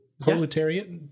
Proletariat